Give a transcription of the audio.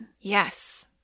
Yes